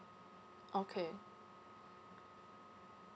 okay